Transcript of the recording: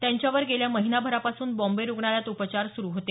त्यांच्यावर गेल्या महिनाभरापासून बॉम्बे रुग्णालयात उपचार सुरु होते